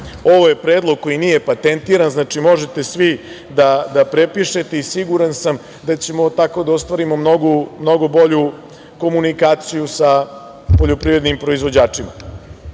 je predlog koji nije patentiran, znači, možete svi da prepišete i siguran sam da ćemo tako da ostvarimo mnogo bolju komunikaciju sa poljoprivrednim proizvođačima.